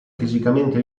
fisicamente